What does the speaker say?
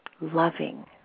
loving